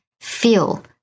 feel